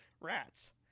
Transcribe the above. rats